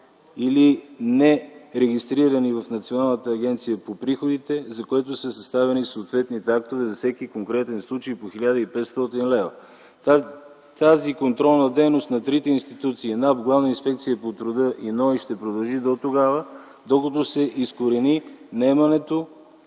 или нерегистрирани в Националната агенция по приходите, за което са съставени съответните актове - за всеки конкретен случай по 1500 лв. Тази контролна дейност на трите институции НАП, Главна инспекция по труда и НОИ, ще продължи дотогава, докато се изкорени наемането